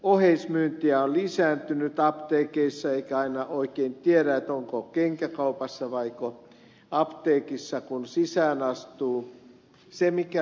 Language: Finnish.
oheismyynti on lisääntynyt apteekeissa eikä aina oikein tiedä onko kenkäkaupassa vaiko apteekissa kun sisään astuu